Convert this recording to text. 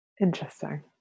interesting